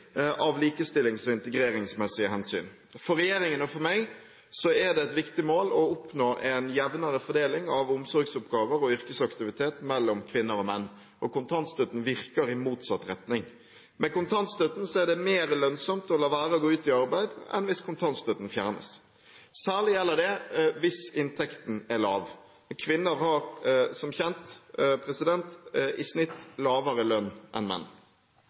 av likestillings- og integreringsmessige hensyn. For regjeringen og for meg er det et viktig mål å oppnå en jevnere fordeling av omsorgsoppgaver og yrkesaktivitet mellom kvinner og menn, og kontantstøtten virker i motsatt retning. Med kontantstøtten er det mer lønnsomt å la være å gå ut i arbeid enn det er hvis kontantstøtten fjernes – særlig gjelder det hvis inntekten er lav. Kvinner har som kjent i snitt lavere lønn enn menn.